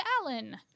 Alan